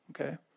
Okay